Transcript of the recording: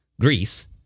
Greece